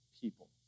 people